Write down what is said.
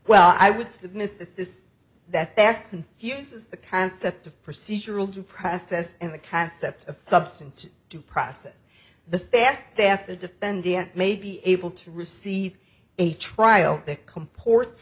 well i would submit that this that there confuses the concept of procedural due process and the concept of substance to process the fact that the defendant may be able to receive a trial that comports